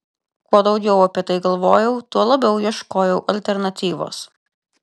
kuo daugiau apie tai galvojau tuo labiau ieškojau alternatyvos